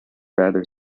rather